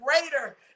greater